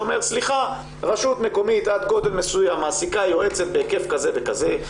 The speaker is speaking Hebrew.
שאומר שרשות מקומית עד גודל מסוים מעסיקה יועצת בהיקף כזה וכזה?